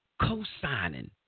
cosigning